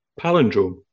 Palindrome